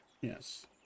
Yes